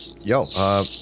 Yo